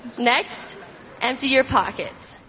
next empty your pockets,